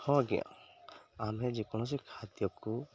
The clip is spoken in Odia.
ହଁ ଆଜ୍ଞା ଆମେ ଯେକୌଣସି ଖାଦ୍ୟକୁ